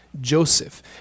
Joseph